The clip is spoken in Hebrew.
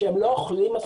שהם לא אוכלים מספיק.